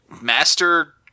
master